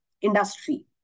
industry